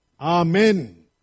Amen